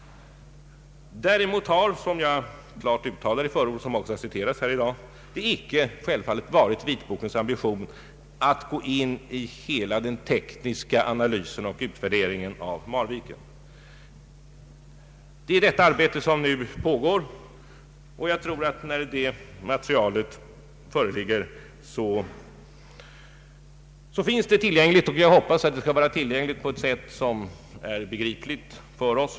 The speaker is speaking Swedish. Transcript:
Däremot har det inte varit vitbokens ambiticn att gå in i hela den tekniska analysen och utvärderingen av Marvikenprojektet. Detta arbete pågår nu. När det materialet föreligger hoppas jag det skall vara tillgängligt på ett sätt som är begripligt för oss.